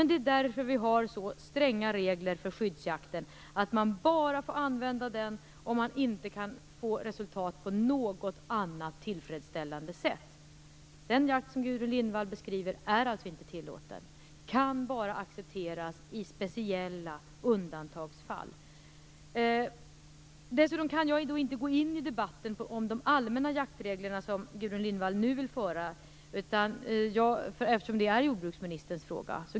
Det är därför vi har så stränga regler för skyddsjakten, nämligen att man bara får använda den om man inte kan få resultat på något annat tillfredsställande sätt. Den jakt som Gudrun Lindvall beskriver är alltså inte tillåten. Den kan bara accepteras i speciella undantagsfall. Dessutom kan jag inte gå in i den debatt om de allmänna jaktreglerna som Gudrun Lindvall nu vill föra, eftersom det är jordbruksministerns fråga.